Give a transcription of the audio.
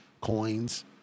coins